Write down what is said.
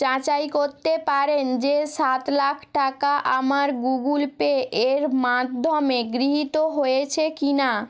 যাচাই করতে পারেন যে সাত লাখ টাকা আমার গুগুল পে এর মাধ্যমে গৃহীত হয়েছে কি না